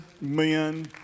men